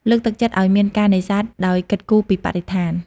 លើកទឹកចិត្តឲ្យមានការនេសាទដោយគិតគូរពីបរិស្ថាន។